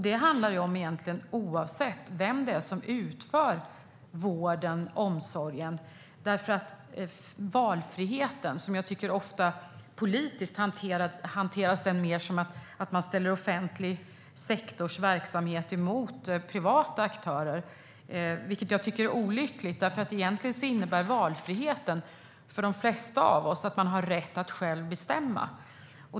Det handlar det om oavsett vem det är som utför vården och omsorgen. Jag tycker ofta att valfriheten politiskt hanteras som att man ställer offentlig sektors verksamhet mot privata aktörer. Det tycker jag är olyckligt, för egentligen innebär valfriheten för de flesta av oss att man har rätt att själv bestämma.